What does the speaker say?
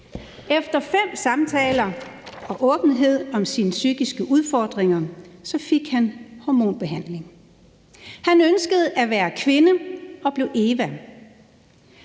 Efter fem samtaler og åbenhed om sine psykiske udfordringer fik han hormonbehandling. Han ønskede at være kvinde og blev Eva,